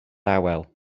awel